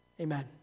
Amen